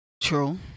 True